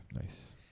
Nice